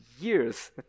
years